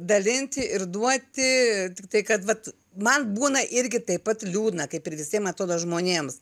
dalinti ir duoti tiktai kad vat man būna irgi taip pat liūdna kaip ir visiem atrodo žmonėms